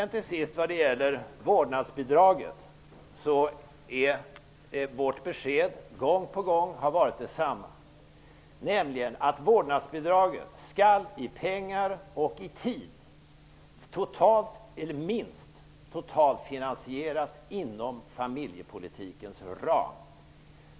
När det gäller vårdnadsbidraget har vårt besked gång på gång varit detsamma. Vårdnadsbidraget skall i pengar och i tid totalt finansieras inom familjepolitikens ram.